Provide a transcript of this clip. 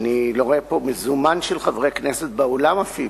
מ-15 בפברואר פורסם כי באחרונה קיימו כמה קצינים